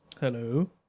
Hello